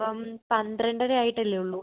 ഇപ്പം പന്ത്രണ്ടര ആയിട്ടല്ലേ ഉള്ളൂ